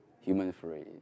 human-free